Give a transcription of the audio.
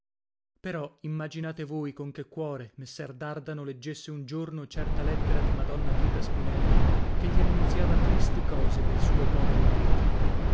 però immaginate voi con che cuore messer dardano leggesse un giorno certa lettera di madonna ghita spinelli che gli annunziava tristi cose del suo povero marito